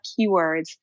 keywords